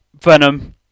Venom